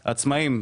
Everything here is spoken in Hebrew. לעצמאים.